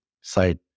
side